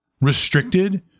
restricted